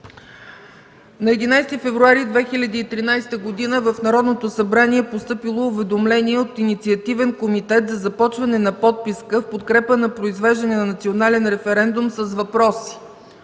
На 11 февруари 2013 г. в Народното събрание е постъпило уведомление от Инициативен комитет за започване на подписка в подкрепа на произвеждане на национален референдум с въпрос: